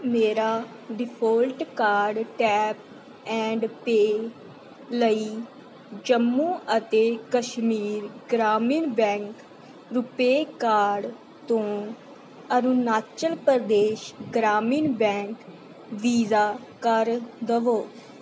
ਮੇਰਾ default card tap and pay ਲਈ ਜੰਮੂ ਅਤੇ Kashmir Grameen bank RuPay card ਤੋਂ ਅਰੁਣਾਚਲ ਪ੍ਰਦੇਸ਼ ਗ੍ਰਾਮੀਣ ਬੈਂਕ ਵੀਜ਼ਾ ਕਰ ਦਵੋ